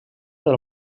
del